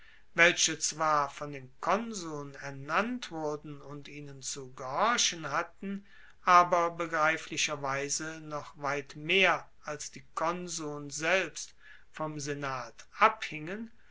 welche zwar von den konsuln ernannt wurden und ihnen zu gehorchen hatten aber begreiflicherweise noch weit mehr als die konsuln selbst vom senat abhingen